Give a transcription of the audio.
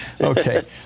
Okay